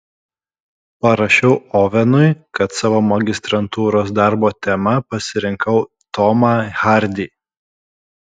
parašiau ovenui kad savo magistrantūros darbo tema pasirinkau tomą hardį